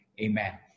Amen